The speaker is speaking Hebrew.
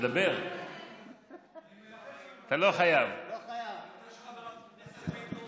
מציע לאנשים לפעמים